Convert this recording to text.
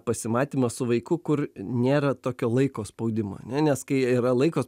pasimatymą su vaiku kur nėra tokio laiko spaudimo ane nes kai yra laiko